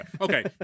Okay